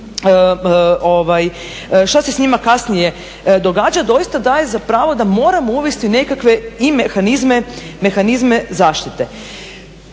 šta se s njima kasnije događa doista daje za pravo da moramo uvesti nekakve i mehanizme zaštite.